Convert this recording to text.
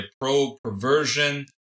pro-perversion